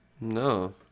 No